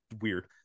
weird